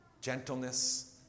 gentleness